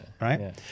Right